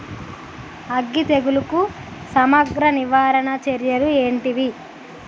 అగ్గి తెగులుకు సమగ్ర నివారణ చర్యలు ఏంటివి?